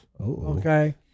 okay